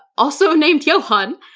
also named johan.